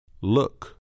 Look